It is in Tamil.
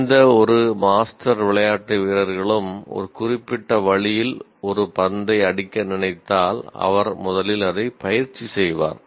எந்தவொரு மாஸ்டர் விளையாட்டு வீரர்களும் ஒரு குறிப்பிட்ட வழியில் ஒரு பந்தை அடிக்க நினைத்தால் அவர் முதலில் அதைப் பயிற்சி செய்வார்